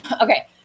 Okay